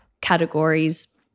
categories